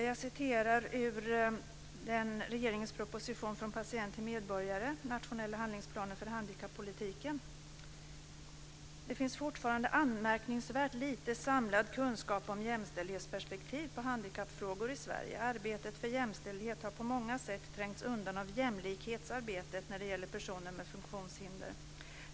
Jag ska citera ur regeringens proposition Från patient till medborgare - en nationell handlingsplan för handikappolitiken: "Det finns fortfarande anmärkningsvärt lite samlad kunskap om jämställdhetsperspektiv på handikappfrågor i Sverige. Arbetet för jämställdhet har på många sätt trängts undan av jämlikhetsarbetet när det gäller personer med funktionshinder.